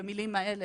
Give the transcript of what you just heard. במילים האלה,